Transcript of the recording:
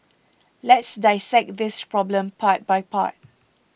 let's dissect this problem part by part